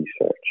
research